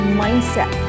mindset